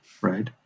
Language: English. right